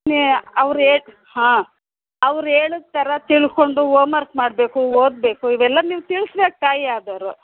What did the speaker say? ಅವರೆ ಹಾಂ ಅವ್ರು ಹೇಳಿದ ಥರ ತಿಳಿದ್ಕೊಂಡು ಹೋಮ್ವರ್ಕ್ ಮಾಡಬೇಕು ಓದಬೇಕು ಇವೆಲ್ಲ ನೀವು ತಿಳಿಸಬೇಕು ತಾಯಿಯಾದವರು